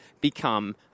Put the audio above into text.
become